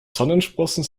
sommersprossen